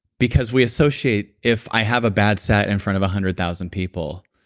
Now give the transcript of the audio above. because we associate if i have a bad set in front of a hundred thousand people,